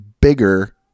bigger